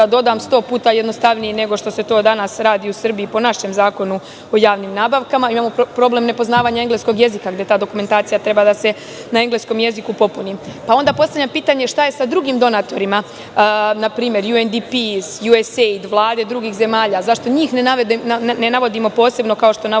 dodam, sto puta jednostavnije nego što se to danas radi u Srbiji po našem Zakonu o javnim nabavkama. Imamo problem nepoznavanja engleskog jezika gde ta dokumentacija treba da se popuni na engleskom jeziku. Onda postavljam pitanje – šta je sa drugim donatorima, npr. UNDP, USAID, vlade drugih zemalja? Zašto njih ne navodimo posebno kao što navodimo